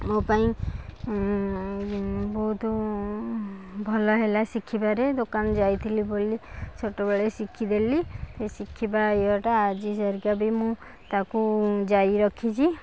ମୋ ପାଇଁ ବହୁତ ଭଲ ହେଲା ଶିଖିବାରେ ଦୋକାନ ଯାଇଥିଲି ବୋଲି ଛୋଟବେଳେ ଶିଖି ଦେଲି ଶିଖିବା ଇଏଟା ଆଜି ହେରିକା ବି ମୁଁ ତାକୁ ଜାରି ରଖିଛି